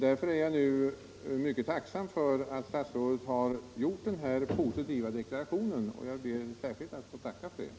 Därför är det mycket tillfredsställande att statsrådet nu har gjort denna positiva deklaration och jag ber särskilt att få tacka för den.